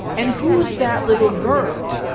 and who is that little girl?